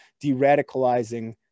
de-radicalizing